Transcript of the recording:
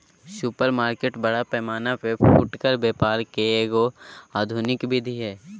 supermarket बड़ा पैमाना पर फुटकर व्यापार के एगो आधुनिक विधि हइ